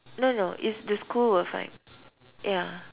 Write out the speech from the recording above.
no no it's the school will find ya